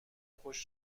خوش